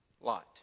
Lot